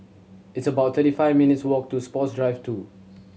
it's about thirty five minutes' walk to Sports Drive Two